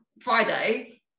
Friday